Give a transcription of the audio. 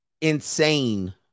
insane